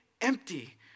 empty